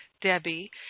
Debbie